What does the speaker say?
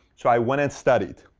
so i went and studied.